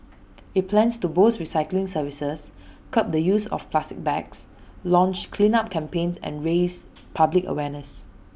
IT plans to boost recycling services curb the use of plastic bags launch cleanup campaigns and raise public awareness